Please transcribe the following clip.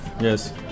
Yes